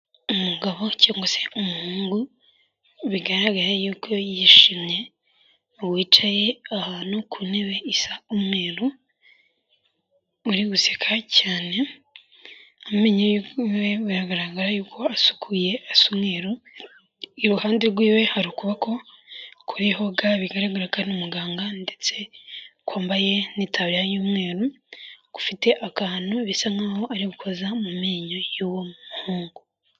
Umugabo cyangwa se umuhungu bigaragara yuko yishimye, wicaye ahantu ku ntebe isa umweru, uri guseka cyane, amenyo ye biragaragara yuko asukuye asa umweru, iruhande rw'iwe hari ukuboko kuriho ga bigaragara ko ari umuganga ndetse kwambaye n'itaburiya y'umweru gufite akantu bisa nk'aho ari gukoza mu menyo y'uwo muhungu.